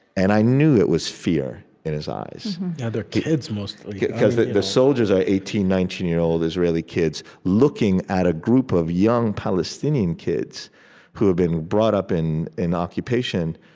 and i knew it was fear in his eyes they're kids, mostly because the the soldiers are eighteen, nineteen year old israeli kids, looking at a group of young palestinian kids who have been brought up in in occupation,